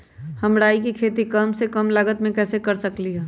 हम राई के खेती कम से कम लागत में कैसे कर सकली ह?